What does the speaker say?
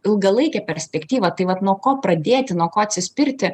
ilgalaikė perspektyva tai vat nuo ko pradėti nuo ko atsispirti